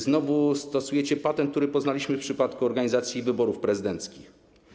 Znowu stosujecie patent, który poznaliśmy w przypadku organizacji wyborów prezydenckich.